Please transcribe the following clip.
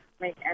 make